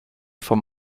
vom